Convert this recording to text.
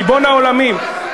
ריבון העולמים.